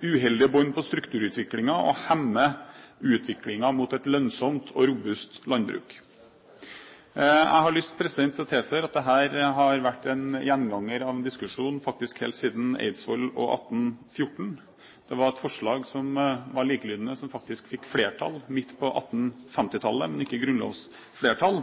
uheldige bånd på strukturutviklingen og hemmer utviklingen mot et lønnsomt og robust landbruk. Jeg har lyst til å tilføye at dette har vært en gjenganger av en diskusjon, faktisk helt siden Eidsvoll og 1814. Et likelydende forslag fikk faktisk flertall midt på 1850-tallet, men ikke grunnlovsflertall.